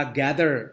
gather